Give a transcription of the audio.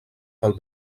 pel